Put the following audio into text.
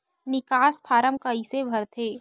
निकास फारम कइसे भरथे?